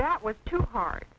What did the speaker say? that was too hard